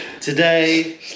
Today